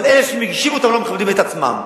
אבל אלה שמגישים אותן לא מכבדים את עצמם,